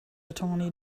attorney